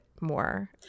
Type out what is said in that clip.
more